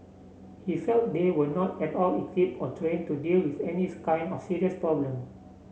he felt they were not at all equipped or trained to deal with any kind of serious problem